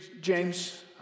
James